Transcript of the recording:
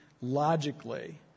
logically